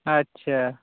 ᱟᱪᱪᱷᱟ